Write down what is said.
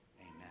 amen